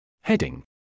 Heading